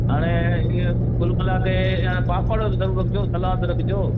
हाणे ईअं कुल मिलाके इहा पापड़ ज़रूर रखजो सलाद रखजो